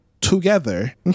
together